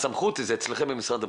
הסמכות זה אצלכם במשרד הבריאות.